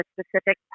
specific